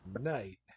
night